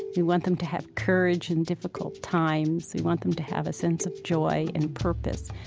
we want them to have courage in difficult times. we want them to have a sense of joy and purpose.